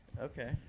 Okay